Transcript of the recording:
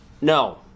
No